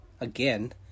again